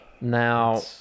now